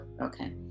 okay